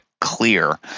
clear